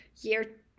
year